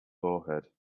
forehead